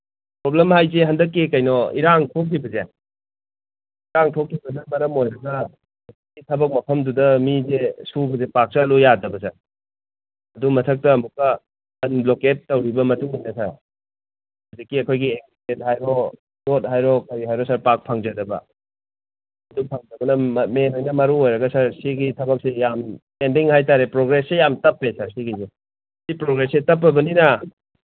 problem ꯍꯥꯏꯁꯦ ꯍꯟꯗꯛꯀꯤ ꯀꯩꯅꯣ ꯏꯔꯥꯡ ꯊꯣꯛꯈꯤꯕꯁꯦ ꯏꯔꯥꯡ ꯊꯣꯛꯈꯤꯕꯅ ꯃꯔꯝ ꯑꯣꯏꯔꯒ ꯍꯧꯖꯤꯛꯀꯤ ꯊꯕꯛ ꯃꯐꯝꯗꯨꯗ ꯃꯤꯁꯦ ꯁꯨꯕꯁꯦ ꯄꯥꯛ ꯆꯠꯂꯨ ꯌꯥꯗꯕ ꯁꯥꯔ ꯑꯗꯨ ꯃꯊꯛꯇ ꯑꯃꯨꯛꯀ ꯕꯟ ꯕ꯭ꯂꯣꯀꯦꯠ ꯇꯧꯔꯤꯕ ꯃꯇꯨꯡꯁꯤꯗ ꯁꯥꯔ ꯍꯧꯖꯤꯛꯀꯤ ꯑꯩꯈꯣꯏꯒꯤ ꯍꯥꯏꯔꯣ ꯄꯣꯠ ꯍꯥꯏꯔꯣ ꯀꯔꯤ ꯍꯥꯏꯔꯣ ꯁꯥꯔ ꯄꯥꯛ ꯐꯪꯖꯗꯕ ꯑꯗꯨ ꯐꯪꯗꯕꯅ ꯃꯦꯟ ꯑꯣꯏꯅ ꯃꯔꯨ ꯑꯣꯏꯔꯒ ꯁꯥꯔ ꯁꯤꯒꯤ ꯊꯕꯛꯁꯤ ꯌꯥꯝ ꯄꯦꯟꯗꯤꯡ ꯍꯥꯏ ꯇꯥꯔꯦ ꯄ꯭ꯔꯣꯒ꯭ꯔꯦꯁꯁꯦ ꯌꯥꯝ ꯇꯞꯄꯦ ꯁꯥꯔ ꯁꯤꯒꯤꯁꯦ ꯁꯤ ꯄ꯭ꯔꯣꯒ꯭ꯔꯦꯁꯁꯦ ꯇꯞꯄꯕꯅꯤꯅ